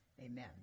Amen